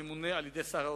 ממונה על-ידי שר האוצר,